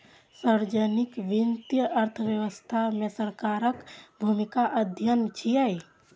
सार्वजनिक वित्त अर्थव्यवस्था मे सरकारक भूमिकाक अध्ययन छियै